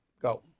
Go